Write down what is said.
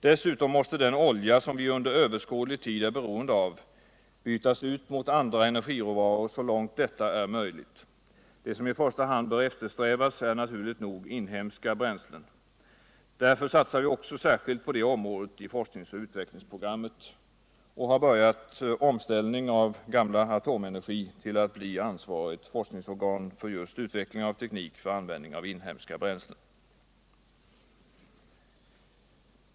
Dessutom måste den olja som vi under överskådlig tid är beroende av bytas mot andra energiråvaror så långt detta är möjligt. | Det som i första hand bör eftersträvas är naturligt nog inhemska bränslen. Därför satsar vi också särskilt på det området i forsknings och utvecklingsprogrammet och har börjat omställningen av gamla Atomenergi till att bli ansvarigt forskningsorgan för just utveckling av teknik för användning av inhemska bränslen.